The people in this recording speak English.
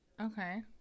Okay